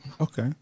Okay